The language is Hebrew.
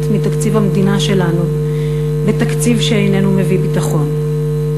מתקציב המדינה שלנו בתקציב שאיננו מביא ביטחון.